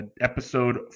Episode